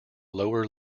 lower